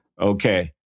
Okay